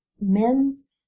men's